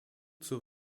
zur